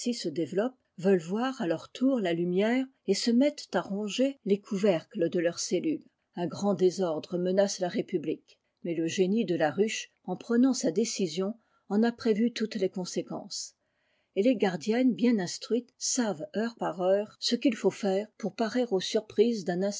se développent veulent voir à jeur tour la lumière et se mettent à ronger les couvercles de leurs cellules un grand désordre menace la république mais le génie de la ruche en prenant sa décision en a prévu toutes les conséquences et les gardiennes bien instruites savent heure par heure ce qu'il faut faire pour parer aux surprises d'un